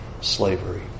slavery